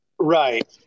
right